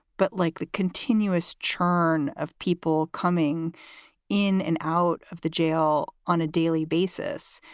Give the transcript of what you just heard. but like the continuous churn of people coming in and out of the jail on a daily basis.